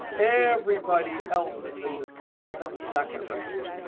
everybody else is in the seven second range.